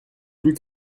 plus